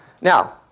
Now